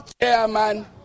chairman